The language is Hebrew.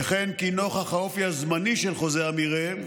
וכן כי נוכח האופי הזמני של חוזה המרעה,